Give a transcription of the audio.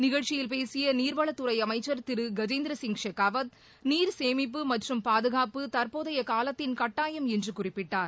நிகழ்ச்சியில் பேசிய நீர்வளத்துறை அமைச்சர் திரு கஜேந்திரசிங் ஷெகாவத் நீர் சேமிப்பு மற்றும் பாதுகாப்பு தற்போதைய காலத்தின் கட்டாயம் என்று குறிப்பிட்டார்